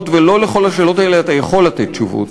ולא על כל השאלות האלה אתה יכול לתת תשובות.